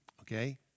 okay